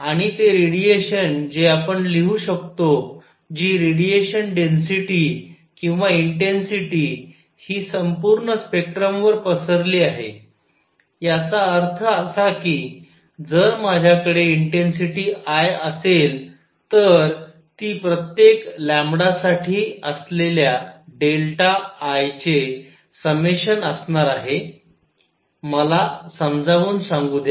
आणि आणि रेडिएशन जे आपण लिहू शकतो जी रेडिएशन डेन्सिटी किंवा इंटेन्सिटी हि संपूर्ण स्पेक्ट्रमवर पसरली आहे याचा अर्थ असा की जर माझ्याकडे इंटेन्सिटी I असेल तर ती प्रत्येक साठी असलेल्या डेल्टा I चे समेशन असणार आहे मला समजावून सांगू द्या